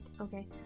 Okay